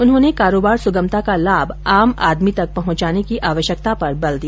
उन्होंने कारोबार सुगमता का लाभ आम आदमी तक पहुंचाने की आवश्यकता पर बल दिया